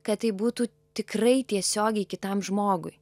kad tai būtų tikrai tiesiogiai kitam žmogui